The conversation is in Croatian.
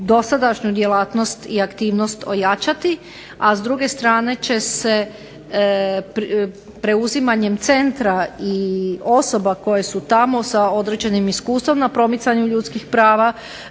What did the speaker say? dosadašnju djelatnost i aktivnost ojačati, a s druge strane će se preuzimanjem centra i osoba koje su tamo sa određenim iskustvom na promicanju ljudskih prava,